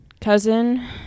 cousin